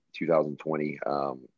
2020